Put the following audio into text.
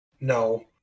No